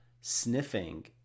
sniffing